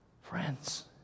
Friends